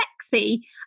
sexy